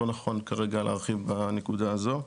לא נכון כרגע להרחיב בנקודה הזו.